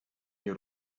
nie